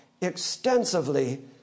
extensively